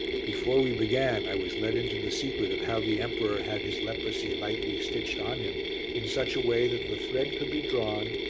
before we began, i was let into the secret of how the emperor had his leprosy lightly stitched on him in such a way that the thread could be drawn,